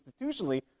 institutionally